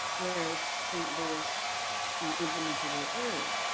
whereas st. louis implemented it early,